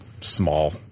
small